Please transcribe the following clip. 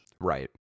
Right